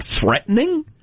threatening